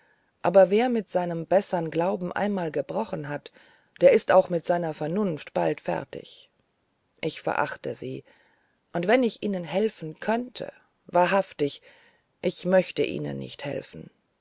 aber wer mit seinem bessern glauben einmal gebrochen hat der ist auch mit seiner vernunft bald fertig ich verachte sie und wenn ich ihnen helfen könnte wahrhaftig ich möchte ihnen nicht helfen